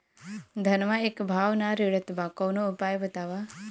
धनवा एक भाव ना रेड़त बा कवनो उपाय बतावा?